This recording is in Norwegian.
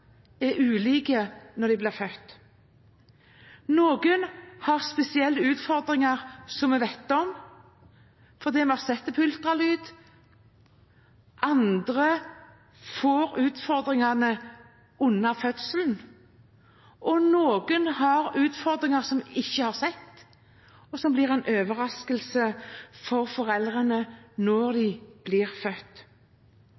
er ulike når de blir født. Noen har spesielle utfordringer som vi vet om fordi vi har sett det på ultralyd, andre får utfordringene under fødselen, og noen har utfordringer som vi ikke har sett, og som blir en overraskelse for foreldrene når